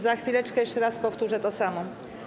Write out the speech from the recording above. Za chwileczkę jeszcze raz powtórzę to samo.